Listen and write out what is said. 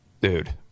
dude